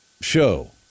show